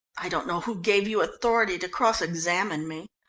i don't know who gave you authority to cross-examine me.